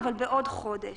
אבל בעוד חודש.